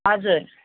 हजुर